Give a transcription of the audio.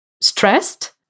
stressed